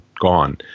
gone